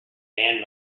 man